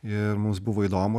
ir mums buvo įdomu